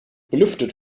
belüftet